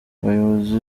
abayobozi